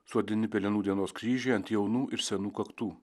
suodini pelenų dienos kryžiai ant jaunų ir senų kaktų